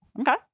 Okay